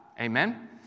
Amen